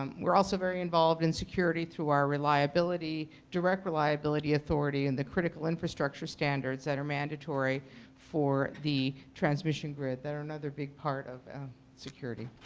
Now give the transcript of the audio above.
um we are also very involved in security through our reliability, direct reliability authority, and the critical infrastructure standards that are mandatory for the transmission grid, that are another big big part of security.